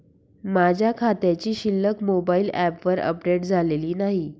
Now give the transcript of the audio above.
माझ्या खात्याची शिल्लक मोबाइल ॲपवर अपडेट झालेली नाही